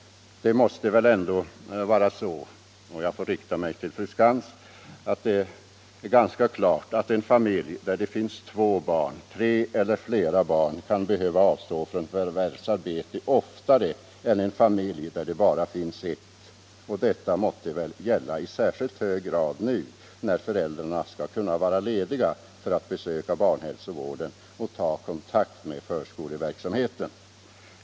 Det måste väl ändå vara ganska klart — jag får rikta mig till fru Lantz — att en familj där det finns två, tre eller flera barn kan behöva avstå från förvärvsarbete oftare än familjer där det bara finns ett barn. Det måste väl gälla i särskilt hög grad nu när föräldrarna skall kunna vara lediga för att besöka barnhälsovården och ta kontakt med förskoleverksamheten.